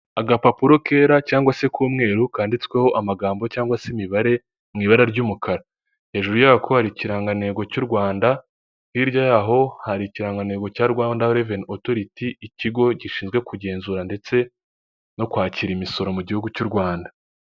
Agapapuro kera cyangwa se k'umweru kanditsweho amagambo cyangwa se imibare mu ibara ry'umukara, hejuru yako hari ikirangantego cy'u Rwanda, hirya yaaho hari ikirangantego cya Rwanda Reveni Otoriti ikigo gishinzwe kugenzura ndetse no kwakira imisoro mu gihugu cy'u Rwanda.